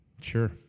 Sure